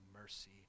mercy